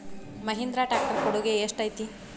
Mahindra tractor ಕೊಡುಗೆ ಎಷ್ಟು ಐತಿ?